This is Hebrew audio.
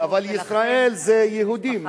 אבל ישראל זה יהודים,